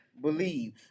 believe